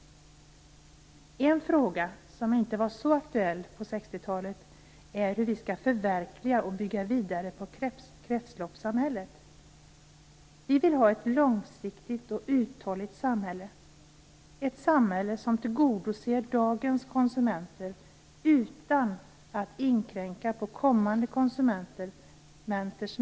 En fråga som inte var så aktuell på 60-talet är frågan om hur vi skall förverkliga och bygga vidare på kretsloppssamhället. Vi vill ha ett långsiktigt och uthålligt samhälle som tillgodoser dagens konsumenters behov utan att inkräkta på kommande konsumenters.